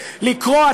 לקרוא,